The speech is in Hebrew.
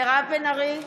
מירב בן ארי,